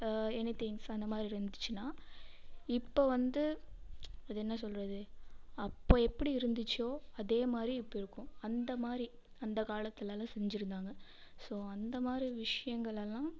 anything's அந்த மாதிரி இருந்துச்சுன்னா இப்போது வந்து அது என்ன சொல்றது அப்போது எப்படி இருந்துச்சோ அதே மாதிரி இப்போது இருக்கும் அந்த மாதிரி அந்த காலத்திலலாம் செஞ்சுருந்தாங்க ஸோ அந்த மாதிரி விஷயங்கள் எல்லாம்